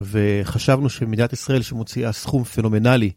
וחשבנו שמדינת ישראל שמוציאה סכום פנומנלי.